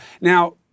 Now